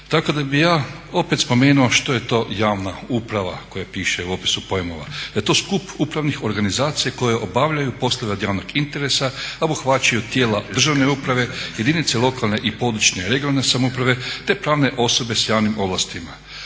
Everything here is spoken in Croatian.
Tako da bih ja opet spomenuo što je to javna uprava koja piše u opisu pojmova, da je to skup upravnih organizacija koje obavljaju poslove od javnog interesa, a obuhvaćaju tijela državne uprave, jedinice lokalne i područne (regionalne) samouprave, te pravne osobe sa javnim ovlastima.